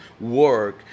work